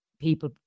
people